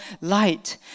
light